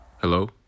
Hello